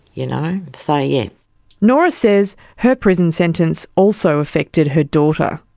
you know so yeah nora says her prison sentence also affected her daughter.